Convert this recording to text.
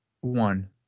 one